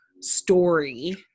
story